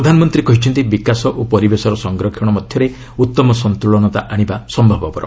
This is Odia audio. ପ୍ରଧାନମନ୍ତ୍ରୀ କହିଛନ୍ତି ବିକାଶ ଓ ପରିବେଶର ସଂରକ୍ଷଣ ମଧ୍ୟରେ ଉତ୍ତମ ସନ୍ତୁଳନତା ଆଣିବା ସମ୍ଭବପର